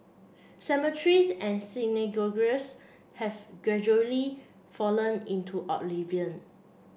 cemeteries and synagogues have gradually fallen into oblivion